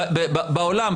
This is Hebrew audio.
בעולם,